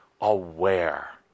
aware